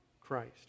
Christ